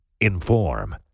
inform